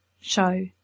show